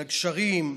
לגשרים,